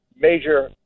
major